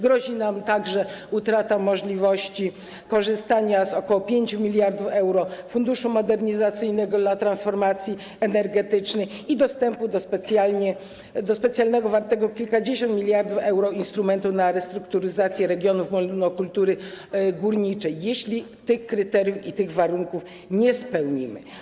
Grozi nam także utrata możliwości korzystania z ok. 5 mld euro z Funduszu Modernizacyjnego dla transformacji energetycznej i dostępu do specjalnego, wartego kilkadziesiąt miliardów euro, instrumentu na restrukturyzację regionów monokultury górniczej, jeśli tych kryteriów i tych warunków nie spełnimy.